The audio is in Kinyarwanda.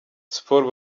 sport